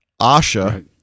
Asha